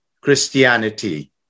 Christianity